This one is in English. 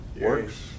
works